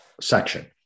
section